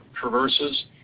traverses